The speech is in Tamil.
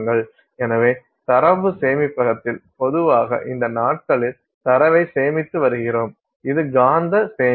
எனவே தரவு சேமிப்பகத்தில் பொதுவாக இந்த நாட்களில் தரவை சேமித்து வருகிறோம் இது காந்த சேமிப்பு